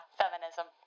feminism